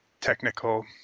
technical